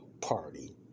party